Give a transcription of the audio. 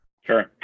Sure